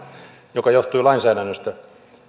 joka johtui lainsäädännöstä